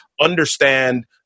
understand